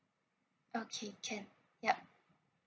okay can yup